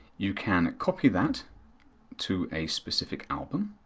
you can copy that to a specific album.